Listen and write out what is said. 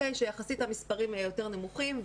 שיחסית המספרים הם יותר נמוכים,